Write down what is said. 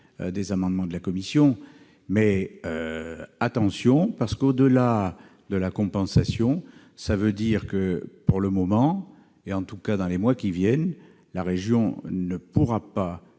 des amendements de la commission, mais attention : au-delà de la question de la compensation, cela signifie que, pour le moment, et en tout cas dans les mois qui viennent, la région ne pourra pas